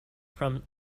from